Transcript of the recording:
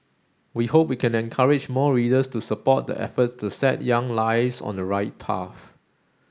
we hope we can encourage more readers to support the efforts to set young lives on the right path